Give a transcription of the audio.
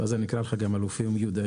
ואז אני אקרא לך גם אלופי ומיודעי.